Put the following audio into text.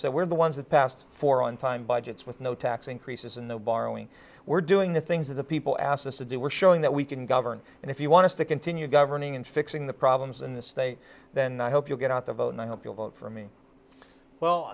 we're the ones that passed for on time budgets with no tax increases in the borrowing we're doing the things that the people asked us to do we're showing that we can govern and if you want to continue governing and fixing the problems in this state then i hope you'll get out the vote and i hope you'll vote for me well